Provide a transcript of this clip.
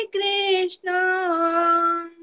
Krishna